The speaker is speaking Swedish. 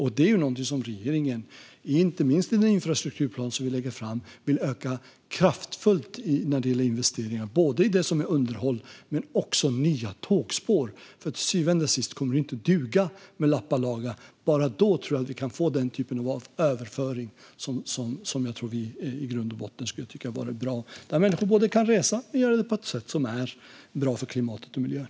Den vill regeringen öka kraftfullt, inte minst i den infrastrukturplan som vi lägger fram. Det handlar om investeringar i underhåll men också nya tågspår, för till syvende och sist kommer det inte att duga att lappa och laga. Bara då tror jag att vi kan få den typ av överföring som jag tror att vi i grund och botten skulle tycka vara bra, så att människor kan resa på ett sätt som är bra för klimatet och miljön.